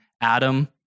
Adam